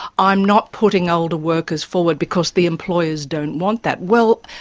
i'm not putting older workers forward because the employers don't want that. well,